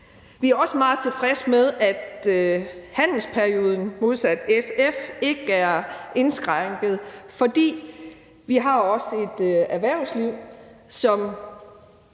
SF også meget tilfredse med, at handelsperioden ikke er indskrænket, for vi har også et erhvervsliv, som